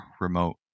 remote